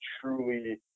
truly